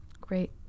Great